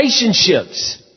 relationships